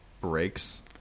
breaks